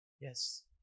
Yes